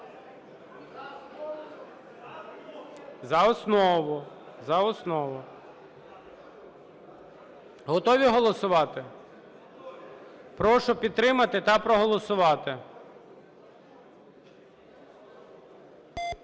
За основу, за основу. Готові голосувати? Прошу підтримати та проголосувати.